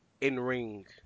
in-ring